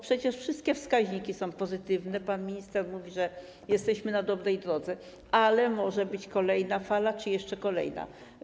Przecież wszystkie wskaźniki są pozytywne, pan minister mówi, że jesteśmy na dobrej drodze, ale może być kolejna fala czy jeszcze kolejna.